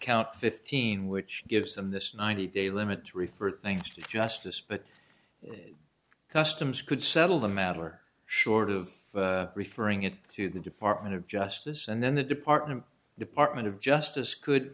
count fifteen which gives them this ninety day limit to refer thanks to justice but customs could settle the matter short of referring it to the department of justice and then the department department of justice could